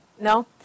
No